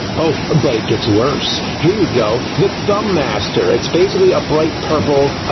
oh, ah but it gets worse! here you go! the thumb master! it's basically a bright purple,